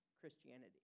Christianity